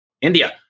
india